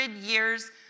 years